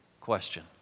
question